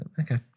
okay